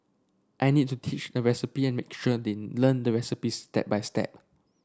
I need to teach the recipe and make sure they learn the recipes step by step